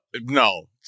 no